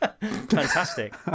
Fantastic